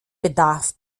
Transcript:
bedarf